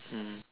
hmm